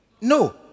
No